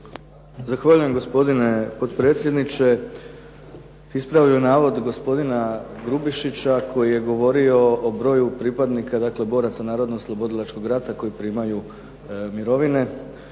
Zahvaljujem gospodine potpredsjedniče. Ispravio bih navod gospodina Grubišića koji je govorio o broju pripadnika, dakle boraca Narodnooslobodilačkog rata koji primaju mirovine.